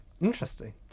Interesting